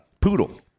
poodle